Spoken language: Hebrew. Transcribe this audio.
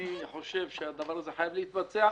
אני חושב שהדבר הזה חייב להתבצע,